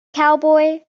cowboy